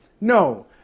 No